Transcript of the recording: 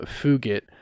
Fugit